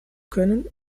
können